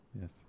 Yes